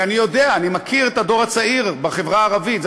ואני יודע, אני מכיר את הדור הצעיר בחברה הערבית.